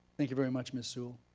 thank you very much miss sewell.